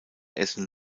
essen